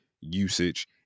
usage